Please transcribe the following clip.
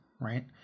right